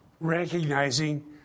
recognizing